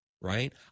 right